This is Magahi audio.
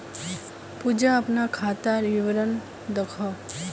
पूजा अपना खातार विवरण दखोह